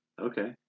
Okay